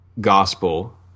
gospel